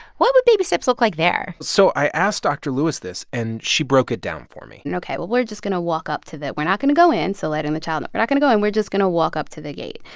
what would baby steps look like there? so i asked dr. lewis this, and she broke it down for me and ok. well, we're just going to walk up to that. we're not going to go in. so letting the child know we're not going to go in. we're just going to walk up to the gate.